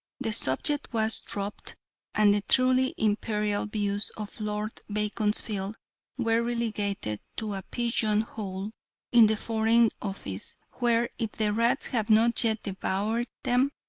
the subject was dropped and the truly imperial views of lord beaconsfield were relegated to a pigeon-hole in the foreign office, where, if the rats have not yet devoured them,